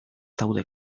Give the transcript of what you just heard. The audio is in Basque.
daude